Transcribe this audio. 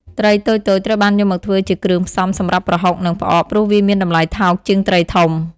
ត្រីតូចៗ ត្រូវបានយកមកធ្វើជាគ្រឿងផ្សំសម្រាប់ប្រហុក និងផ្អក ព្រោះវាមានតម្លៃថោកជាងត្រីធំ។